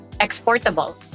exportable